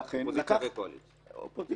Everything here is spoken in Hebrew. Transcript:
ואכן --- אופוזיציה וקואליציה.